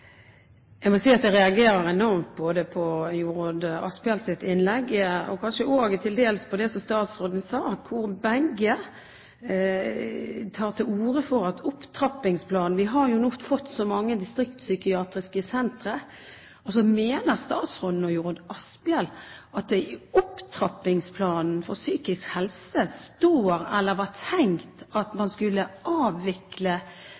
kanskje også til dels på det som statsråden sa. Begge tar til orde for at med opptrappingsplanen nå har vi fått så mange distriktspsykiatriske sentre. Mener statsråden og Jorodd Asphjell at det i Opptrappingsplanen for psykisk helse står eller var tenkt at